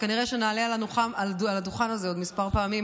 וכנראה שנעלה על הדוכן הזה עוד מספר פעמים,